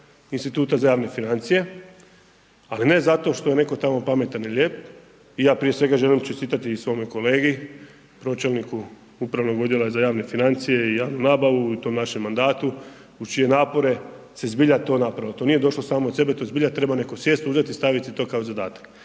Instituta za javne financije, a ne zato što je neko tamo pametan i lijep i ja prije svega želim čestitati i svome kolegi, pročelniku upravnog odjela za javne financije i javnu nabavu u tom našem mandatu uz čije napore se zbilja to napravilo, to nije došlo samo od sebe, to zbilja netko sjesti, uzet i staviti to kao zadatak.